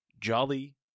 jolly